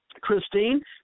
Christine